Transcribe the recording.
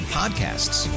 podcasts